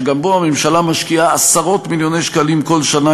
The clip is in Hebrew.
שגם בו הממשלה משקיעה עשרות-מיליוני שקלים כל שנה,